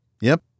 Yep